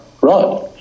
Right